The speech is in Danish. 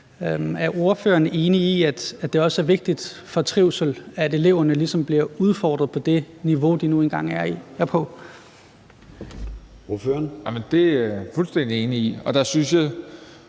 Er ordføreren enig i, at det også er vigtigt for trivsel, at eleverne ligesom bliver udfordret på det niveau, de nu engang er på? Kl. 14:11 Formanden